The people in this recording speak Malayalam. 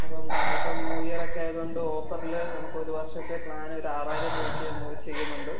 അപ്പം ഇപ്പം ന്യൂ ഇയർ ഒക്കെ ആയതുകൊണ്ട് ഓഫറിൽ നമുക്കൊരു വർഷത്തെ പ്ലാന് ഒരു ആറായിരം രൂപക്ക് നമ്മൾ ചെയ്യുന്നുണ്ട്